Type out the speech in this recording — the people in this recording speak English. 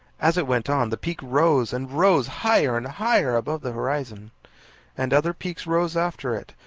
as it went on the peak rose and rose higher and higher above the horizon and other peaks rose after it,